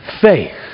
faith